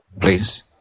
Please